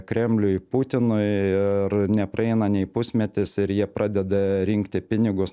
kremliui putinui ir nepraeina nei pusmetis ir jie pradeda rinkti pinigus